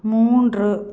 மூன்று